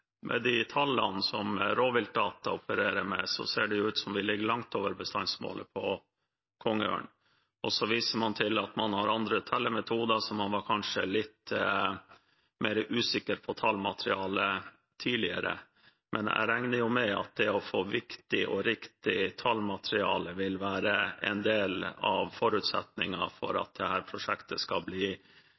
Med de tallene som Rovdata opererer med, ser det jo ut som vi ligger langt over bestandsmålet på kongeørn. Så viser man til at man har andre tellemetoder, så man var kanskje litt mer usikker på tallmaterialet tidligere, men jeg regner jo med at det å få viktig og riktig tallmateriale vil være en del av forutsetningen for at dette prosjektet skal bli